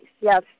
Yes